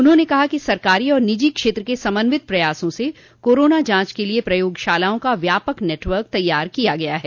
उन्होंन कहा कि सरकारी और निजी क्षेत्र के समन्वित प्रयासों से कोरोना जांच के लिए प्रयोगशालाओं का व्यापक नेटवर्क तैयार किया गया है